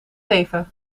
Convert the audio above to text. even